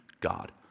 God